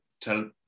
tell